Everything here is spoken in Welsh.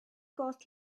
got